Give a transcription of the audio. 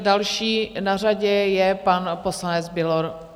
Další na řadě je pan poslanec Bělor.